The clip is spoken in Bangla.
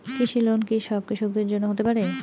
কৃষি লোন কি সব কৃষকদের জন্য হতে পারে?